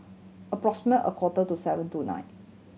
approximate a quarter to seven tonight